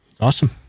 Awesome